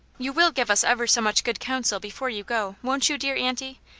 you will give us ever so much good counsel before you go, won't you, dear auntie?